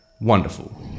Wonderful